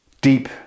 Deep